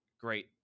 great